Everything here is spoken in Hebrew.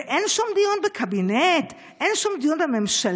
ואין שום דיון בקבינט, אין שום דיון בממשלה?